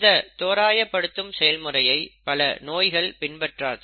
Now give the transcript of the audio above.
இந்த தோராயபடுத்தும் செயல்முறையை பல நோய்கள் பின்பற்றாது